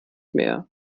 mehr